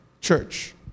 church